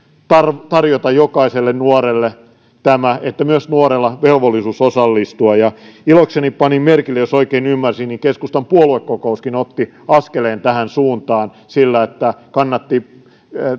tarjota tarjota jokaiselle nuorelle tämä että myös nuorella velvollisuus osallistua ilokseni panin merkille jos oikein ymmärsin että keskustan puolueko kouskin otti askeleen tähän suuntaan sillä että kannatti